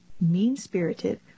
mean-spirited